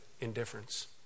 indifference